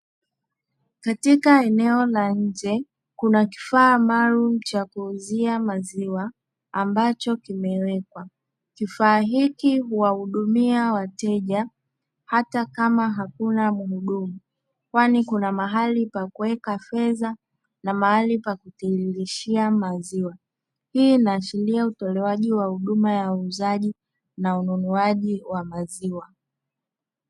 Katika eneo la nje kuna kifaa maalumu cha kuuzia maziwa, ambacho kimewekwa. Kifaa hiki huwahudumia wateja hata kama hakuna mhudumu, kwani kuna mahali pa kuweka fedha na mahali pa kutiririshia maziwa. Hii inaashiria utolewaji wa huduma ya uuzaji na ununuaji wa maziwa.